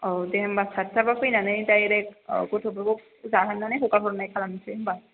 औ दे होनबा साथथा बा फैनानै दाइरेक गथ'फोरखौ जाहोनानै हगारहरनाय खालामनोसै होनबा